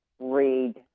read